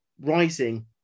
rising